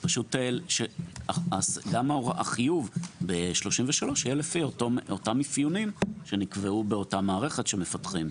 אז החיוב ב-33 יהיה לפי אותם אפיונים שנקבעו באותה מערכת שמפתחים.